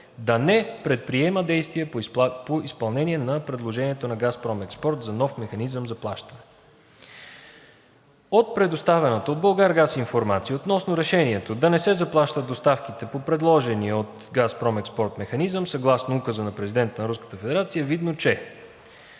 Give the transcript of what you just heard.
да не предприема действия по изпълнение на предложението на „Газпром Експорт“ за нов механизъм за заплащане. От предоставената от „Булгаргаз“ информация относно решението да не се заплащат доставките по предложения от ООО „Газпром Експорт“ механизъм съгласно Указа на президента на Руската